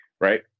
Right